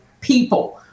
people